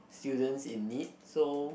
students in need so